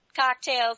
cocktails